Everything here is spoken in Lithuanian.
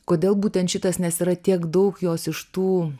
kodėl būtent šitas nes yra tiek daug jos iš tų